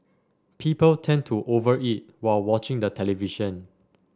people tend to over eat while watching the television